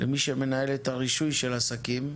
למי שמנהל את הרישוי של העסקים.